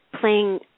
playing